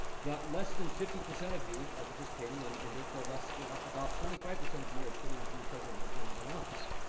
but less than fifty percent of you are participating and and, therefore, less about twenty five percent of you are putting your president in in office.